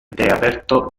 aperto